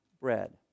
bread